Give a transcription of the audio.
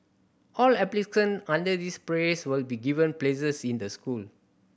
all applicant under this phase will be given places in the school